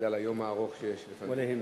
בגלל היום הארוך שיש לפנינו.